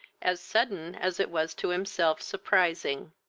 as sudden as it was to himself surprising.